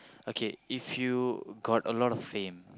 okay if you got a lot of fame